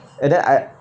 and then I